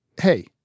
hey